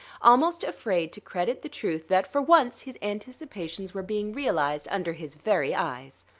almost afraid to credit the truth that for once his anticipations were being realized under his very eyes.